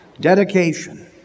dedication